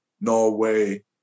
Norway